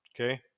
Okay